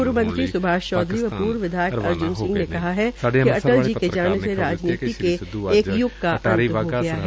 पूर्व मंत्री स्भाष चौधरी व पूर्व विधायक अर्ज्न सिंह ने कहा कि अटल जी के जाने से राजनीति के एक य्ग का अंत हो गया है